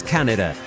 Canada